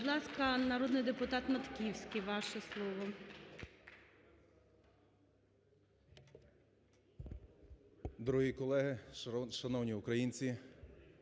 шановні колеги, шановні українці,